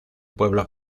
pueblo